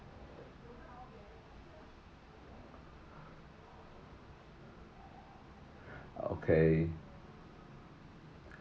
okay